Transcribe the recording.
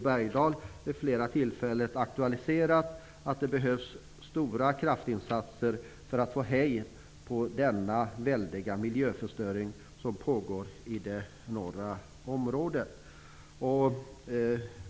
Bergdahl, vid flera tillfällen aktualiserat att det behövs stora kraftinsatser för att få hejd på den väldiga miljöförstöring som pågår i det norra området.